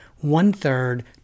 one-third